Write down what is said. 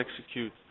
execute